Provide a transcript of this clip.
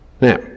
Now